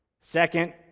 Second